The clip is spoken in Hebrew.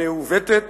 המעוותת,